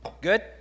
Good